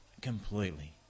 completely